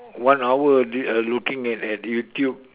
one hour uh looking at at YouTube